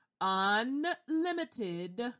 unlimited